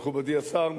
מכובדי השר,